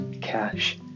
cash